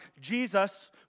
Jesus